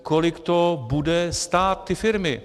Kolik to bude stát ty firmy?